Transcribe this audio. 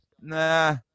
nah